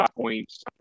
points